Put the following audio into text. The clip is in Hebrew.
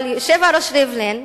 אבל היושב-ראש ריבלין,